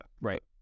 right